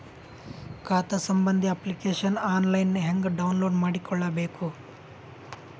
ಖಾತಾ ಸಂಬಂಧಿ application online ಹೆಂಗ್ ಡೌನ್ಲೋಡ್ ಮಾಡಿಕೊಳ್ಳಬೇಕು?